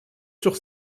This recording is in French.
sur